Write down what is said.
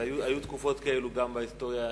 אז היו תקופות כאלה גם בהיסטוריה הציונית.